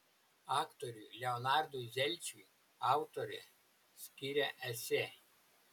aktoriui leonardui zelčiui autorė skiria esė